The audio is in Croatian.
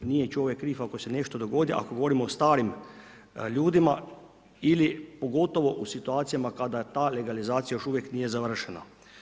Nije čovjek kriv ako se nešto dogodi, ako govorimo o starim ljudima ili pogotovo u situacijama kada je ta legalizacija još uvijek nije završena.